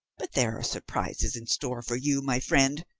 but there are surprises in store for you, my friend.